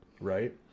right